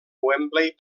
wembley